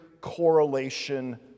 correlation